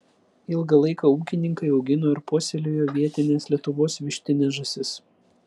ilgą laiką ūkininkai augino ir puoselėjo vietines lietuvos vištines žąsis